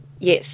Yes